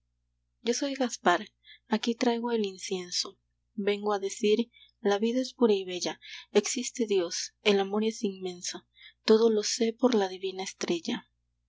yo soy gaspar aquí traigo el incienso vengo a decir la vida es pura y bella existe dios el amor es inmenso todo lo sé por la divina estrella